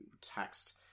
text